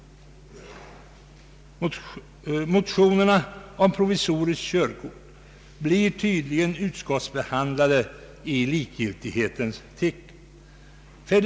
Motionerna om provisoriskt körkort blir tydligen utskottsbehandlade i likgiltighetens tecken.